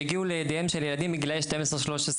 והגיעו לידיהם של ילדים בגילאי 12-13,